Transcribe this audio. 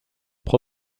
leur